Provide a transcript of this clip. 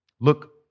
Look